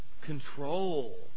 control